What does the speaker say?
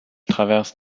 traverse